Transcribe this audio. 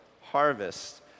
harvest